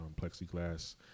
plexiglass